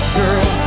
girl